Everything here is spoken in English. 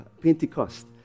Pentecost